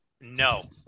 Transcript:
No